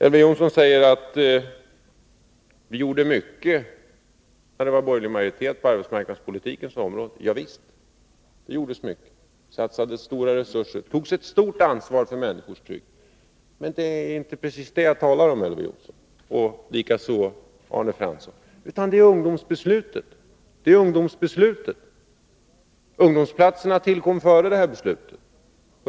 Elver Jonsson säger att vi gjorde mycket på arbetsmarknadspolitikens område när det var borgerlig majoritet. Ja visst. Det satsades stora resurser, och det togs ett stort ansvar för människors trygghet. Men det är inte det jag talar om, Elver Jonsson och Arne Fransson. Jag talar om ungdomsbeslutet. Ungdomsplatserna tillkom före det beslutet.